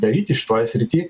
daryti šitoje srity